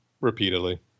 repeatedly